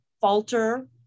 falter